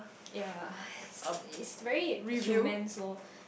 ya it's very human's loh